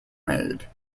made